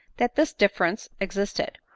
that this difference existed,